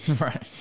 Right